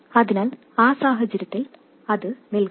അതിനാൽ ആ സാഹചര്യത്തിൽ അത് നിൽക്കും